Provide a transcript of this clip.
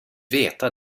veta